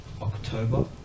October